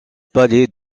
palais